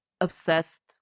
obsessed